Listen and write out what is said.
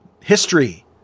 History